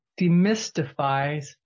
demystifies